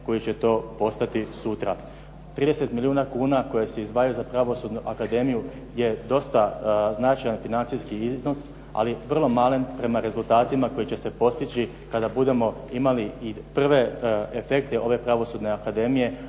koji će to postati sutra. 30 milijuna kuna koje se izdvajaju za pravosudnu akademiju je dosta značajan financijski iznos, ali vrlo malen prema rezultatima koji će se postići kada budemo imali i prve efekte ove pravosudne akademije,